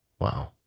Wow